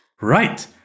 Right